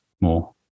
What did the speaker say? more